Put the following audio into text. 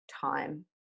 time